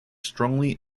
strongly